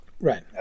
Right